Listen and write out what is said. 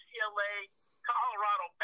UCLA-Colorado